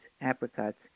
apricots